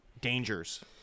dangers